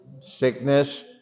Sickness